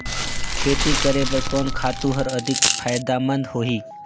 खेती करे बर कोन खातु हर अधिक फायदामंद होही?